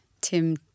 Tim